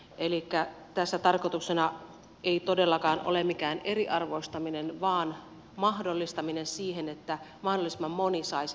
elikkä tässä tarkoituksena ei todellakaan ole mikään eriarvostaminen vaan sen mahdollistaminen että mahdollisimman moni saisi yhden korkeakoulututkinnon